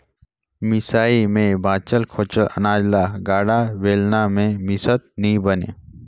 मिसई मे बाचल खोचल अनाज ल गाड़ा, बेलना मे मिसत नी बने